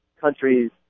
countries